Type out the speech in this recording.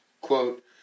quote